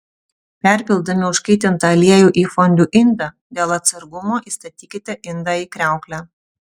perpildami užkaitintą aliejų į fondiu indą dėl atsargumo įstatykite indą į kriauklę